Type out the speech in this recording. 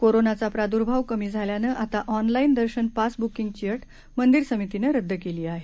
कोरोनाचा प्रादूर्भाव कमी झाल्यानं आता ऑनलाइन दर्शन पास ब्रुकिंगची अट मंदिर समितीनं रद्द केली आहे